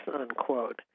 unquote